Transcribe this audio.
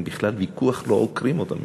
אין בכלל ויכוח, לא עוקרים אותם משם.